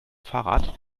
fahrrad